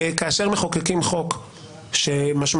כאשר מחוקקים חוק שמשמעותו,